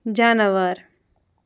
جاناوار